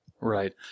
Right